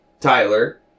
Tyler